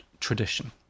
tradition